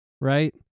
right